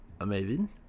amazing